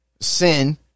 sin